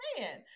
man